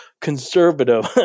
conservative